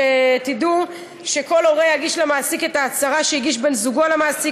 שתדעו שכל הורה יגיש למעסיק את ההצהרה שהגיש בן-זוגו למעסיק,